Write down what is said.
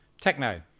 Techno